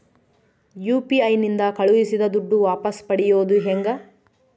UPI ನಿಂದ ಕಳುಹಿಸಿದ ದುಡ್ಡು ವಾಪಸ್ ಪಡೆಯೋದು ಹೆಂಗ?